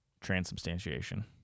Transubstantiation